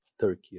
Turkey